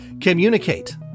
Communicate